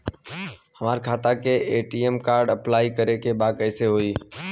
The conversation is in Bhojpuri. हमार खाता के ए.टी.एम कार्ड अप्लाई करे के बा कैसे होई?